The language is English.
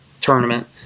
tournament